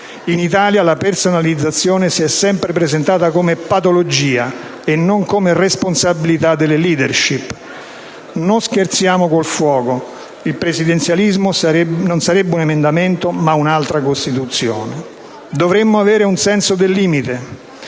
In Italia la personalizzazione si è sempre presentata come patologia e non come responsabilità delle *leadership*. Non scherziamo col fuoco: il presidenzialismo non sarebbe un emendamento, ma un'altra Costituzione. Dovremmo avere un senso del limite.